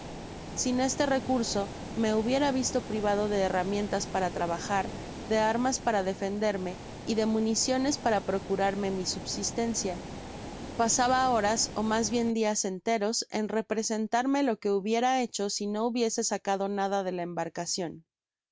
sin este recurso me hubiera visto privado de herramientas para trabajar de armas para defenderme y de municiones para procurarme mi subsistencia pasaba horas ó mas bien dias enteros en representarme lo que hubiera hecho si no hubiese sacado nada de la embarcacion